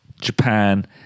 Japan